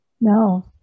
No